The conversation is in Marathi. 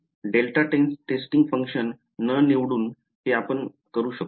डेल्टा टेस्टिंग फंक्शन न निवडू हे आपण करू शकतो